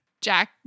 Jack